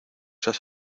has